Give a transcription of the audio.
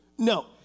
No